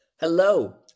Hello